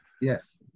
Yes